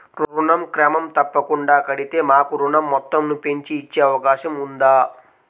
ఋణం క్రమం తప్పకుండా కడితే మాకు ఋణం మొత్తంను పెంచి ఇచ్చే అవకాశం ఉందా?